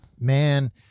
Man